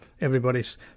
Everybody's